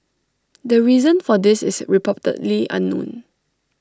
the reason for this is reportedly unknown